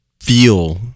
feel